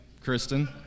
Kristen